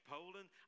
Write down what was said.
Poland